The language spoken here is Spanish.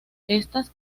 estas